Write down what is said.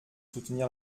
soutenir